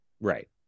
Right